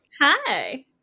Hi